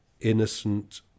innocent